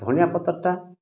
ଧନିଆ ପତ୍ରଟା